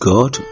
God